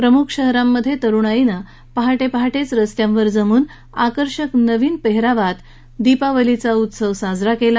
प्रमुख शहरांमधे तरुणाईनं पहाटे पहाटेच रस्त्यांवर जमून आकर्षक नवीन पेहरावात दीपावलीचा उत्सव साजरा केला